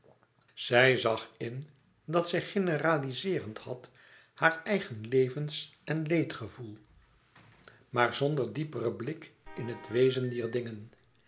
zij zag in dat zij gegeneralizeerd had haar eigen levens en leedgevoel maar zonder dieperen blik in het wezen dier dingen